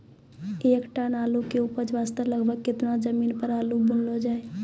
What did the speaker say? एक टन आलू के उपज वास्ते लगभग केतना जमीन पर आलू बुनलो जाय?